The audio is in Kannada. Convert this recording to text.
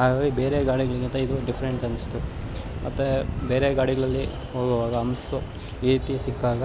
ಹಾಗಾಗಿ ಬೇರೆ ಗಾಡಿಗಳಿಗಿಂತ ಇದು ಡಿಫ್ರೆಂಟ್ ಅನಿಸ್ತು ಮತ್ತು ಬೇರೆ ಗಾಡಿಗಳಲ್ಲಿ ಹೋಗುವಾಗ ಅಂಪ್ಸು ಈ ರೀತಿ ಸಿಕ್ಕಾಗ